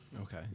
Okay